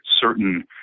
certain